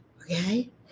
Okay